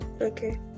Okay